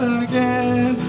again